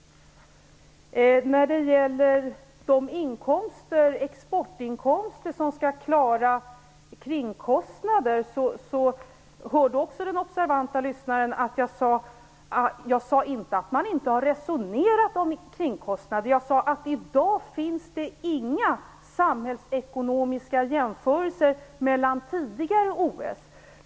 När det gäller de exportinkomster som skall klara kringkostnader hörde också den observanta lyssnaren att jag inte sade att man inte hade resonerat om kringkostnaderna. Jag sade att det i dag inte finns några samhällsekonomiska jämförelser mellan tidigare OS.